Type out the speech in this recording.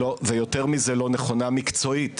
ויותר מזה, לא נכונה מקצועית.